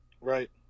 Right